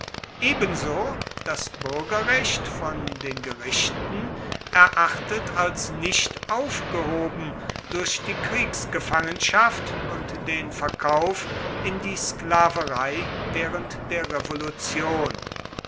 ebenso das bürgerrecht von den gerichten erachtet als nicht aufgehoben durch die kriegsgefangenschaft und den verkauf in die sklaverei während der revolution